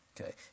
Okay